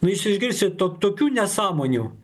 nu jūs išgirsit to tokių nesąmonių